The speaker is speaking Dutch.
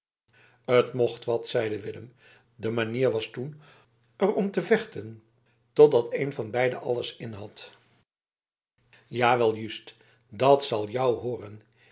t mocht wat zeide willem de manier was toen er om te vechten totdat een van beiden alles inhad jawel juust dat zal jou hooren